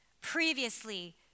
Previously